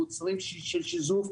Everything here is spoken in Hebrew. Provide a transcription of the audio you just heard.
מוצרים של שיזוף,